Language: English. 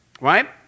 right